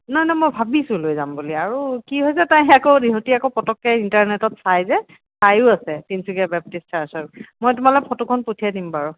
নহয় নহয় মই ভাবিছোঁ লৈ যাম বুলি আৰু কি হৈছে তাই সেয়া আকৌ ইহঁতে আকৌ পটককৈ ইণ্টাৰনেটত চাই যে চাইও আছে তিনিচুকীয়া বেপটিষ্ট চাৰ্চৰ মই তোমালৈ ফটোখন পঠিয়াই দিম বাৰু